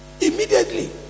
Immediately